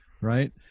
Right